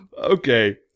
Okay